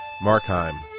Markheim